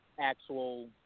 actual